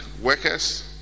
workers